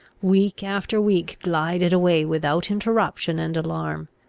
week after week glided away without interruption and alarm.